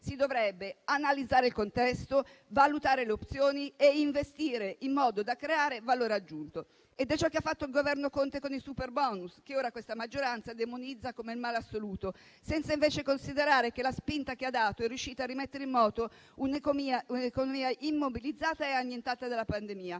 si dovrebbe analizzare il contesto, valutare le opzioni e investire in modo da creare valore aggiunto. È ciò che ha fatto il Governo Conte con il superbonus, che ora questa maggioranza demonizza come il male assoluto, senza invece considerare che la spinta che ha dato è riuscita a rimettere in moto un'economia immobilizzata e annientata dalla pandemia.